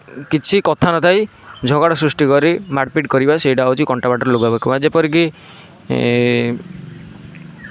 କିଛି କଥା ନ ଥାଇ ଝଗଡ଼ା ସୃଷ୍ଟି କରି ମାର ପିଟ କରିବା ସେଇଟା ହେଉଛି କଣ୍ଟା ବାଡ଼ରେ ଲୁଗା ପକାଇବା ଯେପରି କି ଏ